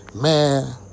Man